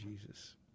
Jesus